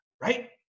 right